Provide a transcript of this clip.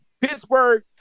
Pittsburgh